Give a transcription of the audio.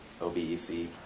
OBEC